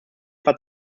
etwa